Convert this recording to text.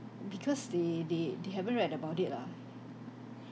because they they they haven't read about it lah